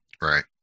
Right